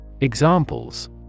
Examples